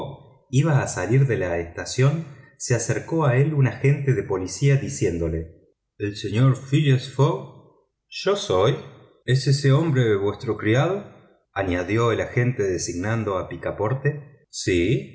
iba a salir de la estación se acercó a él un agente de policía diciéndole el señor phileas fogg yo soy es ese hombre vuestro criado añadió el agente designando a picaporte sí